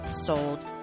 Sold